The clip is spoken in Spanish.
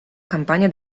campaña